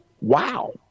wow